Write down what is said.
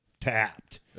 tapped